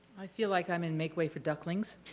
i feel like i'm in make way for ducklings.